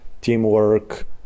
teamwork